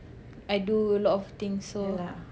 I do a lot of things so